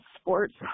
sports